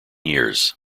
years